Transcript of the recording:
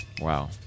Wow